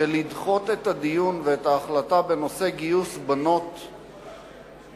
שלדחות את הדיון ואת ההחלטה בנושא גיוס בנות זה,